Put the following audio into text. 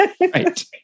Right